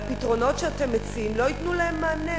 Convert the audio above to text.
והפתרונות שאתם מציעים לא ייתנו להם מענה.